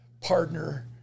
partner